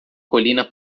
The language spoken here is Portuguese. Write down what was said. colina